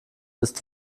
ist